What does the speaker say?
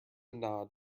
nod